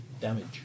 damage